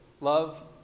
love